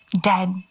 Dead